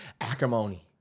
Acrimony